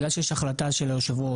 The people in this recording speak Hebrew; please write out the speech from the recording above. בגלל שיש החלטה של היושב-ראש,